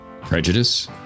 prejudice